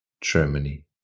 Germany